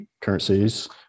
currencies